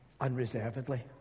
unreservedly